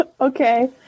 Okay